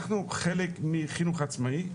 אנחנו חלק מחינוך עצמאי.